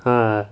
ah